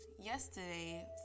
yesterday